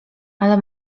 ale